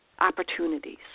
opportunities